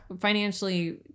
financially